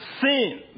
sin